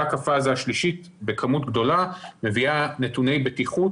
רק הפאזה השלישית בכמות גדולה מביאה נתוני בטיחות